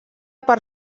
per